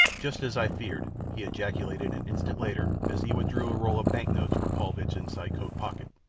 just as i feared, he ejaculated an instant later as he withdrew a roll of bank-notes from paulvitch's inside coat pocket.